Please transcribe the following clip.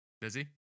Busy